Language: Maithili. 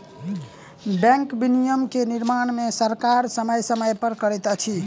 बैंक विनियमन के निर्माण सरकार समय समय पर करैत अछि